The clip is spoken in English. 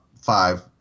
five